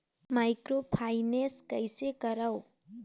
Microfinance कइसे करव?